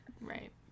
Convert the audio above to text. right